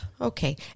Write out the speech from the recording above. okay